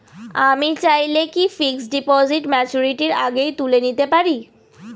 আমি চাইলে কি ফিক্সড ডিপোজিট ম্যাচুরিটির আগেই তুলে নিতে পারি?